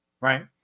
right